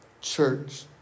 church